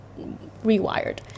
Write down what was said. rewired